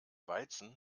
weizen